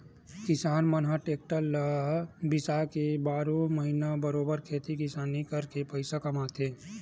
किसान मन ह टेक्टर ल बिसाके बारहो महिना बरोबर खेती किसानी करके पइसा कमाथे